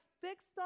fixed